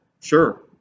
sure